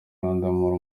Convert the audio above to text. rwandamura